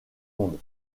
ondes